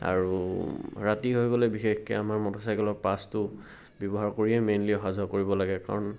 আৰু ৰাতি হৈ গ'লে বিশেষকৈ আমাৰ মটৰ চাইকেলৰ পাছটো ব্যৱহাৰ কৰিয়ে মেইনলি অহা যোৱা কৰিব লাগে কাৰণ